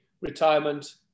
retirement